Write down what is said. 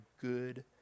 good